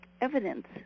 evidence